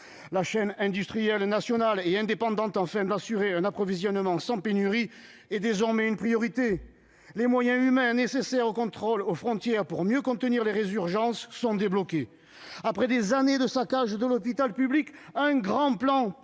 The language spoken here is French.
La chaîne industrielle nationale et indépendante, qui doit nous garantir un approvisionnement sans pénurie, est désormais une priorité. Les moyens humains nécessaires aux contrôles aux frontières sont débloqués pour mieux contenir les résurgences épidémiques. Après des années de saccage de l'hôpital public, un grand plan